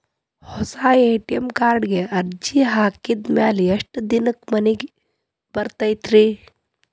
ಹೊಸಾ ಎ.ಟಿ.ಎಂ ಕಾರ್ಡಿಗೆ ಅರ್ಜಿ ಹಾಕಿದ್ ಮ್ಯಾಲೆ ಎಷ್ಟ ದಿನಕ್ಕ್ ಮನಿಗೆ ಬರತೈತ್ರಿ?